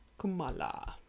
Kumala